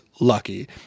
lucky